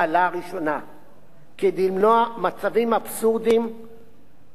כדי למנוע מצבים אבסורדיים שעלולים להתרחש